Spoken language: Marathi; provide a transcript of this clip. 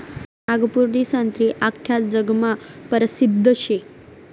नागपूरनी संत्री आख्खा जगमा परसिद्ध शे